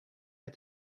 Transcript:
had